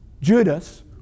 Judas